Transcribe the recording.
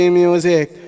music